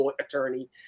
attorney